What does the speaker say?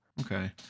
okay